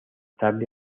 tarde